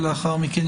לאחר מכן,